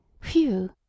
Phew